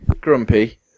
Grumpy